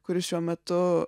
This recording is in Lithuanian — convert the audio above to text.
kuri šiuo metu